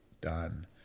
done